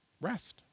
Rest